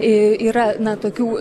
yra na tokių